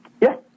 Yes